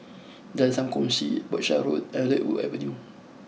Jalan Sam Kongsi Berkshire Road and Redwood Avenue